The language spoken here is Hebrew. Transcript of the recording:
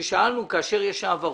ושאלנו בזמן ההעברות.